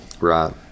Right